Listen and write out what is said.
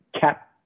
cap